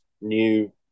new